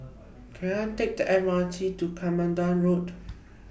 Can I Take The M R T to Katmandu Road